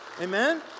Amen